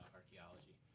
archaeology